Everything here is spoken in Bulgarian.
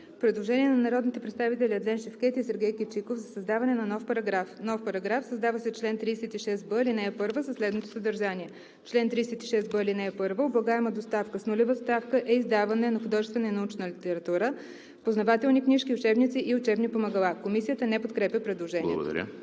Предложение на народните представители Адлен Шевкед и Сергей Кичиков за създаване на нов параграф: „§… Създава се чл. 36б, ал.1 със следното съдържание: „Чл. 36б, ал. 1. Облагаема доставка с нулева ставка е издаване на художествена и научна литература, познавателни книжки, учебници и учебни помагала.“ Комисията не подкрепя предложението.